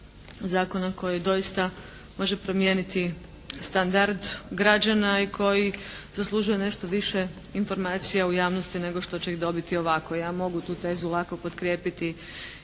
Zakona koji doista može promijeniti standard građana i koji zaslužuje nešto više informacija u javnosti nego što će ih dobiti ovako. Ja mogu tu tezu lako potkrijepiti